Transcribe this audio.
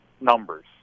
numbers